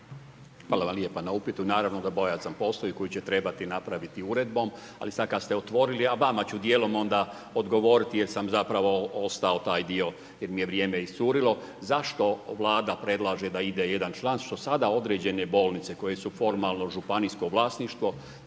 Hvala lijepa na upitu. Naravno da bojazan postoji koju će trebati napraviti uredbom. Ali sad kad ste otvorili, a vama ću dijelom odgovoriti jer sam zapravo ostao taj dio, jer mi je vrijeme iscurilo. Zašto Vlada predlaže da ide jedan član, što sada određene bolnice koje su formalno županijsko vlasništvo,